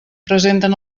presenten